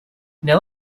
now